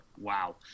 wow